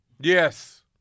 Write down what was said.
Yes